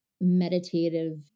meditative